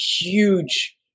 huge